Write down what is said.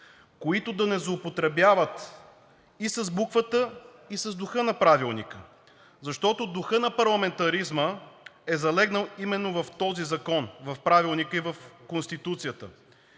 които да не злоупотребяват и с буквата, и с духа на Правилника. Защото духът на парламентаризма е залегнал именно в този закон, в Правилника и в Конституцията,